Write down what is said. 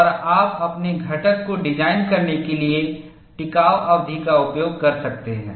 और आप अपने घटक को डिज़ाइन करने के लिए टिकाव अवधि का उपयोग कर सकते हैं